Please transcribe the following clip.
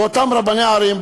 ואותם רבני ערים,